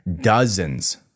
Dozens